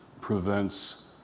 prevents